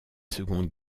seconde